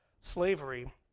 slavery